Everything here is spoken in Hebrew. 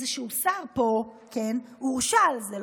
איזשהו שר פה הורשע על זה,